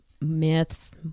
myths